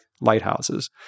lighthouses